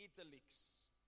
italics